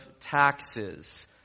taxes